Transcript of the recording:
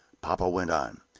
papa went on,